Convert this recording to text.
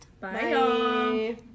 Bye